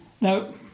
now